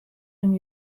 and